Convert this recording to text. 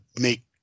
make